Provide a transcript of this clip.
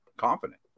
Confident